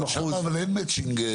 שם אבל אין מצ'ינג.